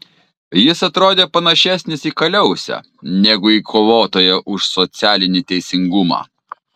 jis atrodė panašesnis į kaliausę negu į kovotoją už socialinį teisingumą